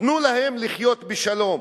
תנו להם לחיות בשלום.